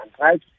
right